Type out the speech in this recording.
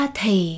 thì